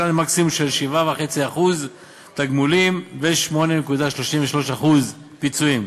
למקסימום של 7.5% תגמולים ו-8.33% פיצויים.